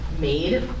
made